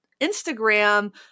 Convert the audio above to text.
Instagram